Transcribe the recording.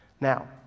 Now